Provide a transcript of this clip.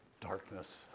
darkness